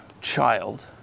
child